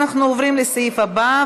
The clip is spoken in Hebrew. אנחנו עוברים לסעיף הבא,